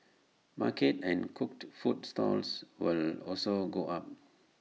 market and cooked food stalls will also go up